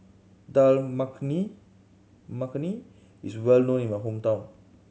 Dal Makhani Makhani is well known in my hometown